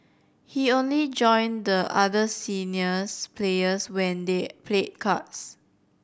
he only join the other seniors players when they played cards